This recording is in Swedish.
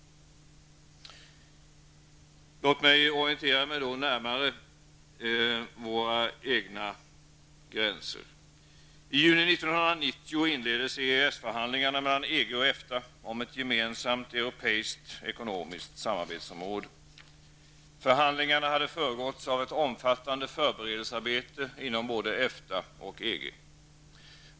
Låt mig göra en närmare orientering om våra egna gränser. I juni 1990 inleddes EES-förhandlingar mellan EG och EFTA om ett gemensamt europeiskt ekonomiskt samarbetsområde. Förhandlingarna hade föregåtts av omfattande föreberedelsearbete inom både EFTA och EG.